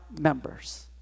members